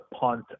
punt